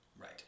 Right